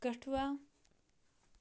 Kathua